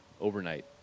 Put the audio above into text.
overnight